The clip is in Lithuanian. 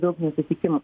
daug neatitikimų